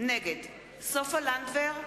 נגד סופה לנדבר,